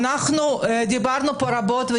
דיברנו פה רבות,